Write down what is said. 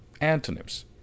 Antonyms